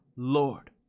Lord